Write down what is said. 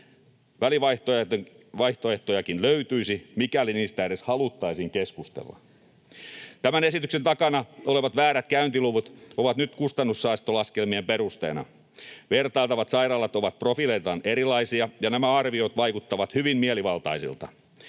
Välivaihtoehtojakin löytyisi, mikäli niistä edes haluttaisiin keskustella. Tämän esityksen takana olevat väärät käyntiluvut ovat nyt kustannussäästölaskelmien perusteena. Vertailtavat sairaalat ovat profiileiltaan erilaisia, ja nämä arviot vaikuttavat hyvin mielivaltaisilta.